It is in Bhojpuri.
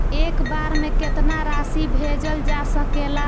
एक बार में केतना राशि भेजल जा सकेला?